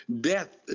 Death